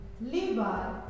Levi